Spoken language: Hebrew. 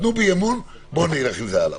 תנו בי אמון, בואו נלך עם זה הלאה.